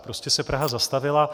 Prostě se Praha zastavila.